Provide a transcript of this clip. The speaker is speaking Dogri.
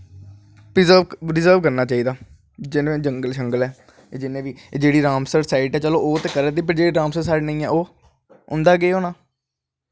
रिज़र्व करना चाही दा जेह्ड़े जंगल शंगल ऐं जेह्ड़ी रामसर साईड ऐ चलो ओह् ते करा दे पर जेह्ड़ी नेंई ओह् उंदा केह् होना